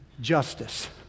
justice